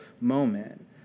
moment